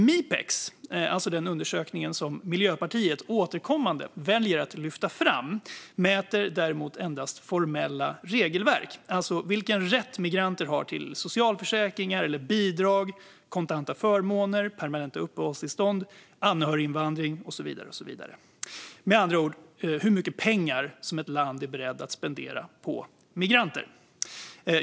Mipex, alltså den undersökning som Miljöpartiet återkommande väljer att lyfta fram, mäter däremot endast formella regelverk såsom vilken rätt migranter har till socialförsäkringar eller bidrag, kontanta förmåner, permanenta uppehållstillstånd, anhöriginvandring och så vidare - med andra ord hur mycket pengar ett land är berett att spendera på migranter.